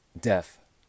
death